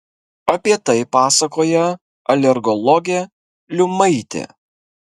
apie tai pasakoja alergologė liumaitė